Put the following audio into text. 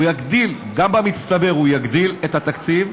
גם במצטבר הוא יגדיל את התקציב,